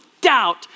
doubt